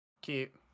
Cute